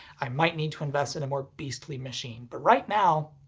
i might need to invest in a more beastly machine. but right now,